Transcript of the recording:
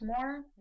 more